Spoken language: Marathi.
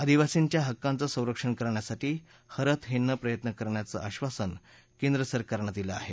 आदिवासींच्या हक्कांचं संरक्षण करण्यासाठी हरत हेनं प्रयत्न करण्याचं आश्वासन केंद्र सरकारनं दिलं आहे